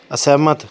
ਅਸਹਿਮਤ